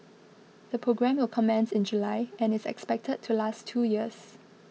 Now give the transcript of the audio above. the programme will commence in July and is expected to last two years